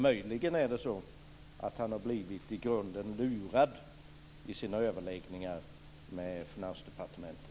Möjligen är det så att han har blivit i grunden lurad i sina överläggningar med Finansdepartementet.